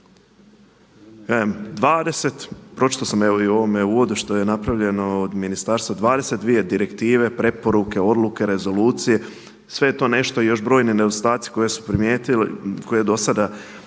20 pročitao sam evo i u uvodu što je napravljeno od ministarstva, 22 direktive, preporuke, odluke, rezolucije sve je to nešto i još brojni nedostaci koje su primijetili koje do sada